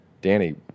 Danny